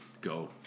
go